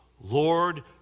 Lord